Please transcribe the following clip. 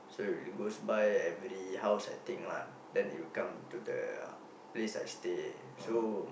so it goes by every house I think lah then it will come to the place I stay so